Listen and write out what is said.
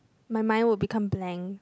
my mind will become blank